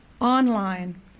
online